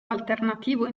alternativo